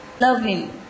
loving